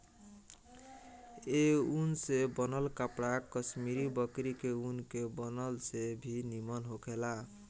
ए ऊन से बनल कपड़ा कश्मीरी बकरी के ऊन के बनल से भी निमन होखेला